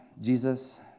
Jesus